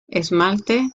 esmalte